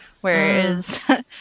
Whereas